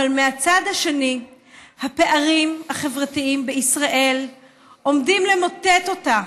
אבל מהצד השני הפערים החברתיים בישראל עומדים למוטט אותה.